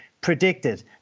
predicted